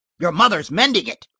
your mother is mending it.